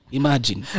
imagine